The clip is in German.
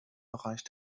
bereich